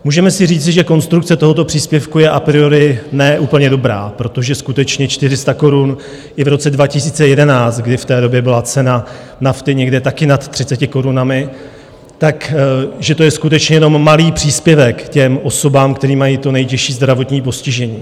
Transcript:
Můžeme si říct, že konstrukce tohoto příspěvku je a priori ne úplně dobrá, protože skutečně 400 korun i v roce 2011, kdy v té době byla cena nafty také někde nad 30 korunami, takže je to skutečně jen malý příspěvek těm osobám, které mají to nejtěžší zdravotní postižení.